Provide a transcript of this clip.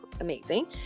amazing